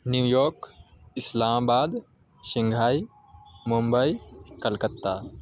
new York Islamabad Shanghai Mumbai Calcutta